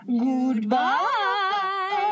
Goodbye